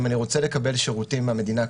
אם אני רוצה לקבל שירותים מהמדינה,